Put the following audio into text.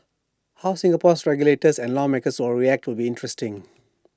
how Singapore's regulators and lawmakers will react will be interesting